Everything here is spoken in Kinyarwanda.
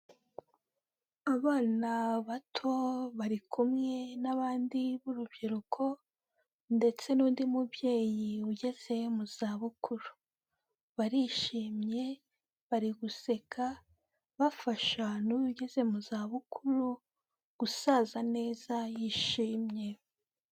Abana bato bari kumwe n'abandi b'urubyiruko ndetse n'undi mubyeyi ugeze mu zabukuru, barishimye bari guseka, bafasha n'uyu ugeze mu zabukuru gusaza neza yishimye.